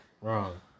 Wrong